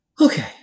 Okay